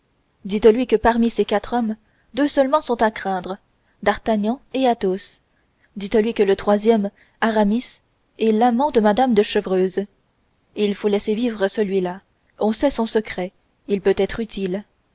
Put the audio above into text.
dites-lui que parmi ces quatre hommes deux seulement sont à craindre d'artagnan et athos dites-lui que le troisième aramis est l'amant de mme de chevreuse il faut laisser vivre celui-là on sait son secret il peut être utile